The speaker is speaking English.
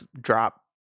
drop